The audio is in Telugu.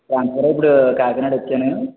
ట్రాన్స్ఫర్ అయి ఇపుడు కాకినాడ వచ్చాను